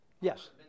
Yes